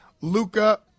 Luca